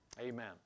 Amen